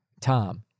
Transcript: Tom